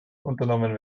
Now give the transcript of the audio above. unternommen